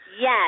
Yes